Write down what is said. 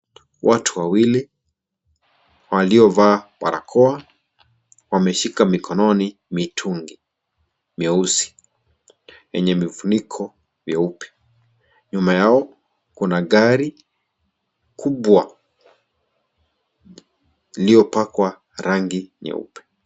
Watu wawili, waliovaa barakoa, wameshika mikononi mitungi miwili mieusi, yenye vifuniko vyeupe. Nyuma yao, kuna gari, kubwa iliyopakwa rangi nyeupe.